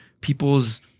people's